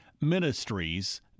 Ministries